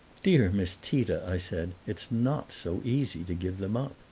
dear miss tita, i said, it's not so easy to give them up!